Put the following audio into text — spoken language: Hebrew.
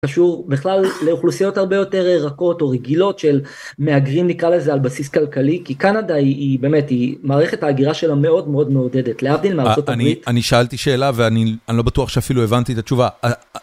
קשור בכלל לאוכלוסיות הרבה יותר רכות או רגילות של מהגרים, נקרא לזה, על בסיס כלכלי. כי קנדה היא באמת היא מערכת ההגירה שלה מאוד מאוד מעודדת להבדיל מארצות הברית. אני שאלתי שאלה ואני לא בטוח שאפילו הבנתי את התשובה.